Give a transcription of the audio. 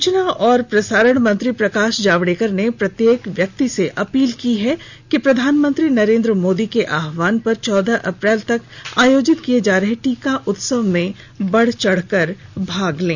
सूचना और प्रसारण मंत्री प्रकाश जावडेकर ने प्रत्येक व्यक्ति से अपील की है कि प्रधानमंत्री नरेन्द्र मोदी के आह्वान पर चौदह अप्रैल तक आयोजित किए जा रहे टीका उत्सव में बढ़चढ कर भाग लें